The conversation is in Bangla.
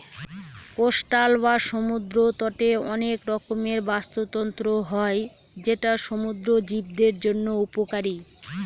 কোস্টাল বা সমুদ্র তটে অনেক রকমের বাস্তুতন্ত্র হয় যেটা সমুদ্র জীবদের জন্য উপকারী